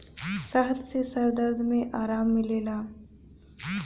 शहद से सर दर्द में आराम मिलेला